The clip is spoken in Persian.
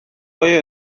های